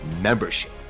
membership